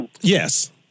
Yes